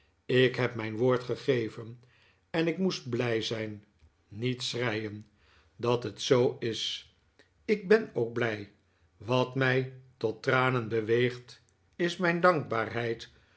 ik heb mijn woord gegeven en ik moest blij zijn niet schreien dat het zoo is ik ben ook blij wat mij tot tranen beweegt is mijn dankbaarheid